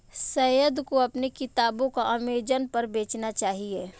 सैयद को अपने किताबों को अमेजन पर बेचना चाहिए